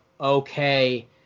okay